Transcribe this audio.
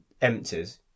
empties